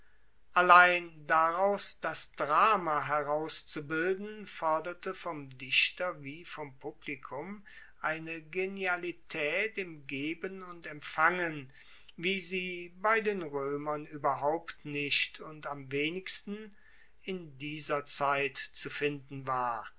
allein daraus das drama herauszubilden forderte vom dichter wie vom publikum eine genialitaet im geben und empfangen wie sie bei den roemern ueberhaupt nicht und am wenigsten in dieser zeit zu finden war